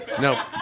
No